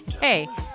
hey